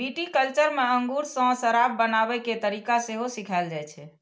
viticulture मे अंगूर सं शराब बनाबै के तरीका सेहो सिखाएल जाइ छै